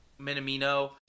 Minamino